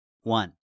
One